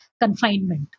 confinement